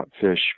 fish